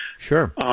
Sure